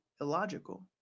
illogical